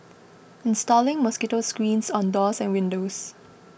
installing mosquito screens on doors and windows